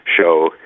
show